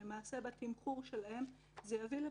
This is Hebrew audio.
ולמעשה בתמחור שלהם, זה יביא לפגיעה.